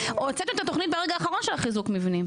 הוצאתם את התוכנית ברגע האחרון של חיזוק מבנים.